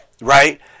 right